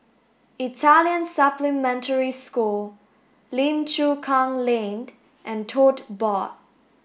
Italian Supplementary School Lim Chu Kang Lane and Tote Board